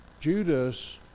Judas